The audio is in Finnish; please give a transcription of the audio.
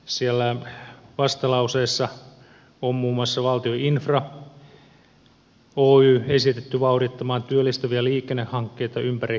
siellä vastalauseessa on muun muassa valtion infra oy esitetty vauhdittamaan työllistäviä liikennehankkeita ympäri koko maan